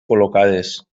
col·locades